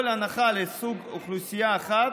כל הנחה לסוג אוכלוסייה אחת,